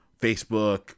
Facebook